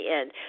end